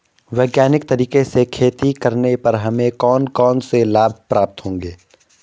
वैज्ञानिक तरीके से खेती करने पर हमें कौन कौन से लाभ प्राप्त होंगे?